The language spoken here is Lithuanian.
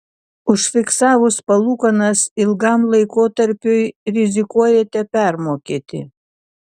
užfiksavus palūkanas ilgam laikotarpiui rizikuojate permokėti